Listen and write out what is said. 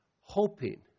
Hoping